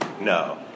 No